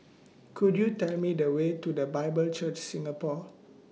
Could YOU Tell Me The Way to The Bible Church Singapore